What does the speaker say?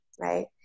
right